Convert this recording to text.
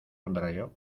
contrario